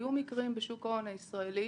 היו מקרים בשוק ההון הישראלי